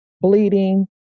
bleeding